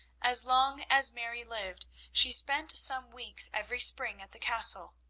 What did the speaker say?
as long as mary lived she spent some weeks every spring at the castle,